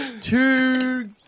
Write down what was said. two